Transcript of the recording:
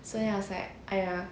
so I was like !aiya!